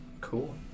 Cool